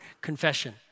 confession